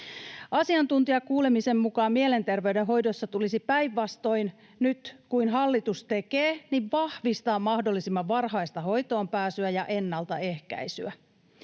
Asiantuntijakuulemisen mukaan mielenterveyden hoidossa tulisi, päinvastoin kuin hallitus nyt tekee, vahvistaa mahdollisimman varhaista hoitoonpääsyä ja ennaltaehkäisyä.